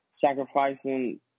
sacrificing